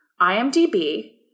IMDB